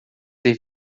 ser